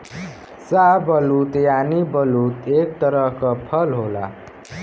शाहबलूत यानि बलूत एक तरह क फल होला